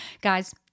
guys